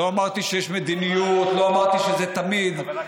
גם בארץ וגם בעולם.